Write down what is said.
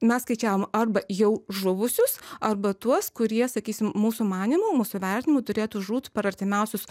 mes skaičiavom arba jau žuvusius arba tuos kurie sakysim mūsų manymu mūsų vertinimu turėtų žūt per artimiausius